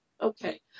Okay